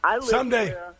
Someday